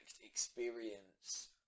experience